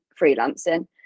freelancing